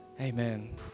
Amen